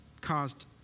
caused